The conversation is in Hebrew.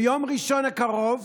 ביום ראשון הקרוב